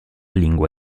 lingua